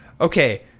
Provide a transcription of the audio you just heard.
okay